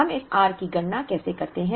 हम इस r की गणना कैसे करते हैं